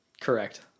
correct